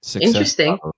Interesting